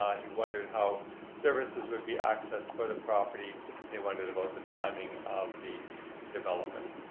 he wondered how services would be accessed for the property and he wondered about the timing of the development.